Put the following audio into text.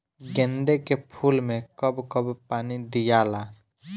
गेंदे के फूल मे कब कब पानी दियाला?